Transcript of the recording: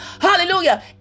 Hallelujah